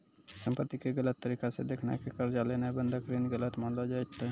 संपत्ति के गलत तरिका से देखाय के कर्जा लेनाय बंधक ऋण गलत मानलो जैतै